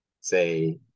say